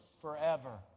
forever